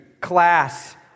class